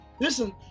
listen